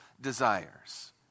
desires